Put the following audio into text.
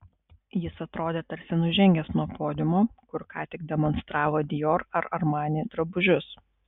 jis atrodė tarsi nužengęs nuo podiumo kur ką tik demonstravo dior ar armani drabužius